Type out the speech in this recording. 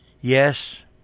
Yes